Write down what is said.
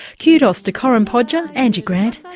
kudos to corinne podger, angie grant,